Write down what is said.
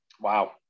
Wow